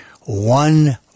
one